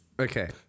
okay